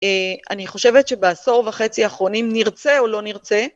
אני חושבת שבעשור וחצי אחרונים נרצה או לא נרצה.